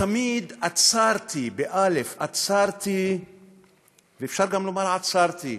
ותמיד אצרתי, ואפשר גם לומר עצרתי,